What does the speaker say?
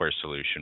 solution